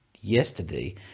yesterday